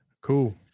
Cool